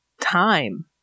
time